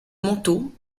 manteau